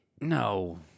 No